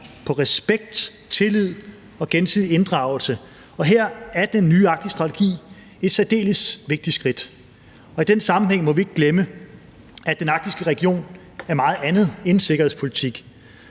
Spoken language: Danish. på respekt, tillid og gensidig inddragelse, og her er den nye Arktisstrategi et særdeles vigtigt skridt. I den sammenhæng må vi ikke glemme, at den arktiske region er meget andet end sikkerhedspolitik.